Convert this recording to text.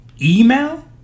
email